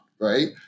Right